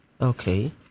Okay